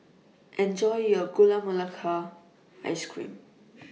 Enjoy your Gula Melaka Ice Cream